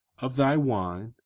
of thy wine,